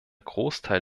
großteil